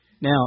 Now